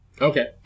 Okay